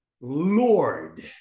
Lord